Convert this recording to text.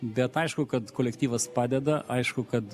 bet aišku kad kolektyvas padeda aišku kad